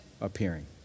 appearing